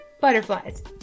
butterflies